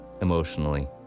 emotionally